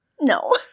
No